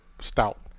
stout